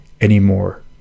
anymore